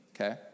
okay